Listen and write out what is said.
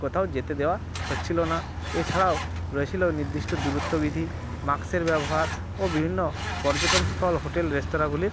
কোথাও যেতে দেওয়া হচ্ছিল না এছাড়াও রয়েছিল নির্দিষ্ট দূরত্ব বিধি মাস্কের ব্যবহার ও বিভিন্ন পর্যটনস্থল হোটেল রেস্তোরাঁগুলির